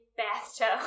bathtub